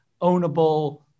ownable